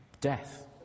death